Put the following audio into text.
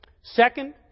Second